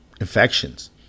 infections